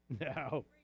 No